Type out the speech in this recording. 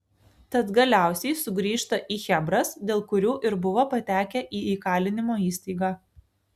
tad galiausiai sugrįžta į chebras dėl kurių ir buvo patekę į įkalinimo įstaigą